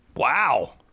wow